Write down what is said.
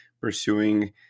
pursuing